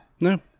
No